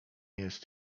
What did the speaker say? jest